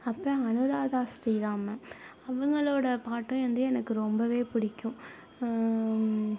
அப்புறம் அனுராதா ஸ்ரீராம் மேம் அவங்களோட பாட்டும் வந்து எனக்கு ரொம்பவே பிடிக்கும்